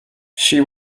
she